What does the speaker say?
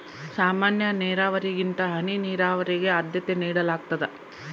ಸಾಮಾನ್ಯ ನೇರಾವರಿಗಿಂತ ಹನಿ ನೇರಾವರಿಗೆ ಆದ್ಯತೆ ನೇಡಲಾಗ್ತದ